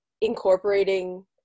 incorporating